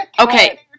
Okay